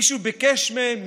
מישהו ביקש מהם?